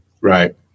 Right